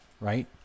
Right